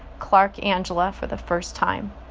clarke angela, for the first time.